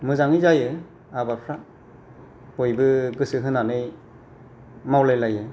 मोजाङै जायो आबादफ्रा बयबो गोसो होनानै मावलायलायो